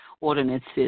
ordinances